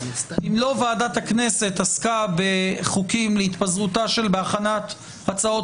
אם לא ועדת הכנסת עסקה בחוקים בהכנת הצעות